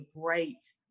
great